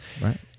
right